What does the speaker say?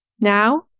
Now